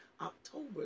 October